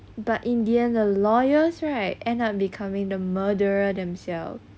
but in the end the lawyers right end up becoming the murderer themselves